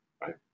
right